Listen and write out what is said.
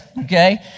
okay